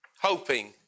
hoping